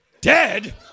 Dead